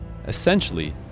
essentially